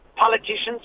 Politicians